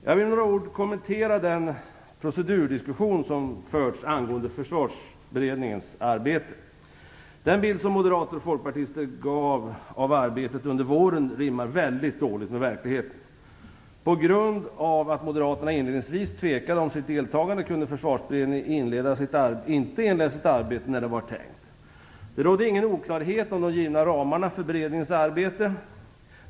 Jag vill med några ord kommentera den procedurdiskussion som förts angående Försvarsberedningens arbete. Den bild som moderater och folkpartister gav av arbetet under våren rimmar väldigt dåligt med verkligheten. På grund av att Moderaterna inledningsvis tvekade om sitt deltagande kunde Försvarsberedningen inte inleda sitt arbete när det var tänkt. Det rådde ingen oklarhet om det givna ramarna för beredningens arbete.